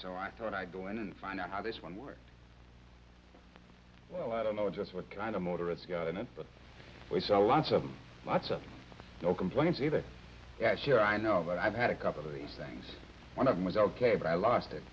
so i thought i'd go in and find out how this one works well i don't know just what kind of motor it's got in it but we saw lots of lots of no complaints either yeah sure i know but i've had a couple of these things when i was ok but i lost it